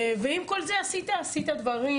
ועם כל זה עשית דברים,